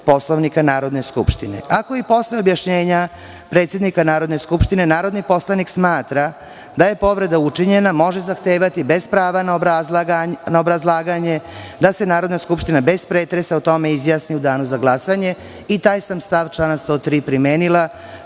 Ako i posle objašnjenja predsednika Narodne skupštine narodni poslanik smatra da je povreda učinjena, može zahtevati, bez prava na obrazlaganje, da se Narodna skupština bez pretresa, o tome izjasni u danu za glasanje. I taj sam stav člana 103. primenila